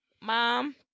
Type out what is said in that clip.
Mom